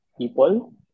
people